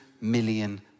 million